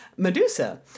Medusa